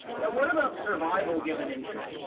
now what about survival given entry?